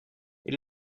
elle